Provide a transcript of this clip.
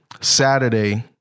Saturday